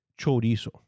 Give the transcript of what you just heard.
chorizo